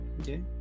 okay